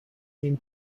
این